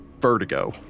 vertigo